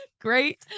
great